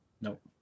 Nope